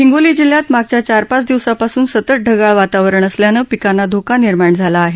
हिंगोली जिल्ह्यात मागच्या चार पाच दिवसांपासून सतत ढगाळ वातावरण असल्यानं पिकांना धोका निर्माम झाला आहे